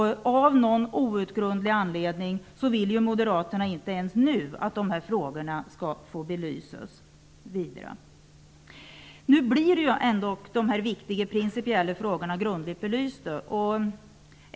Av någon outgrundlig anledning vill inte moderaterna att dessa frågor inte heller nu vidare skall belysas. Nu blir de här viktiga principiella frågorna grundligt belysta.